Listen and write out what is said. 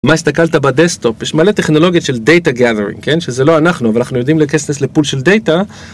מה הסתכלת בדסטופ יש מלא טכנולוגיות של data gathering כן שזה לא אנחנו, אבל אנחנו יודעים לקסנס לפול של דאטה.